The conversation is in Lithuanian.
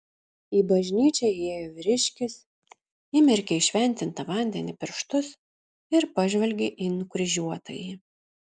į bažnyčią įėjo vyriškis įmerkė į šventintą vandenį pirštus ir pažvelgė į nukryžiuotąjį